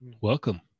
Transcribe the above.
Welcome